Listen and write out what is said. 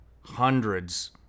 hundreds